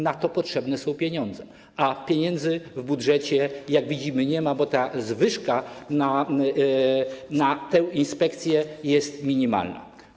Na to potrzebne są pieniądze, a pieniędzy w budżecie, jak widzimy, nie ma, bo ta zwyżka na tę inspekcję jest minimalna.